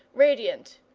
radiant,